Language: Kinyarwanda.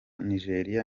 nigeria